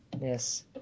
Yes